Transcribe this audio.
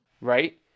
Right